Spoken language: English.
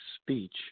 speech